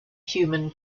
human